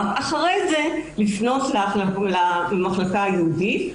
ההמלצות האחרות ורק אחרי כן לפנות למחלקה הייעודית.